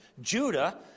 Judah